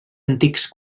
antics